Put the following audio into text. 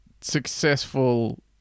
successful